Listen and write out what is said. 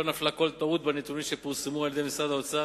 לא נפלה כל טעות בנתונים שפורסמו על-ידי משרד האוצר